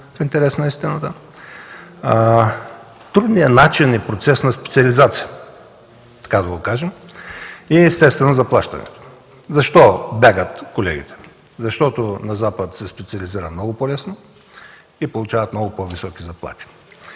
в интерес на истината; трудният начин и процес на специализация, така да го кажем; и естествено заплащането. Защо бягат колегите?! Защото на Запад се специализира много по-лесно и получават много по-високи заплати.